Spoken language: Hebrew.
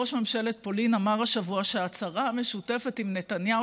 ראש ממשלת פולין אמר השבוע שההצרה המשותפת עם נתניהו,